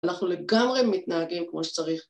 ‫אנחנו לגמרי מתנהגים כמו שצריך.